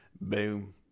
boom